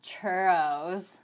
Churros